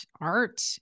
art